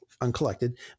uncollected